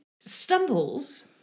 stumbles